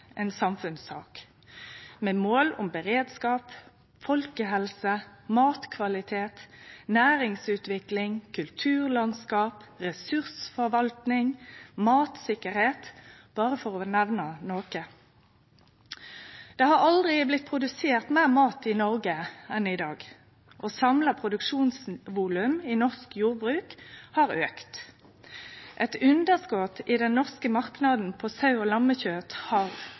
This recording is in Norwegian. ei samfunnssak, med mål om beredskap, folkehelse, matkvalitet, næringsutvikling, kulturlandskap, ressursforvalting og matsikkerheit – berre for å nemne noko. Det har aldri blitt produsert meir mat i Noreg enn i dag, og samla produksjonsvolum i norsk jordbruk har auka. Eit underskot i den norske marknaden på saue- og lammekjøt har